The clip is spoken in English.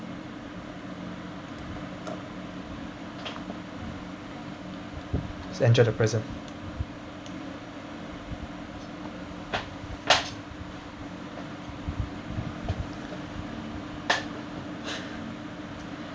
the present